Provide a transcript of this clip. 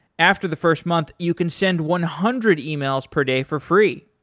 after the first month, you can send one hundred emails per day for free.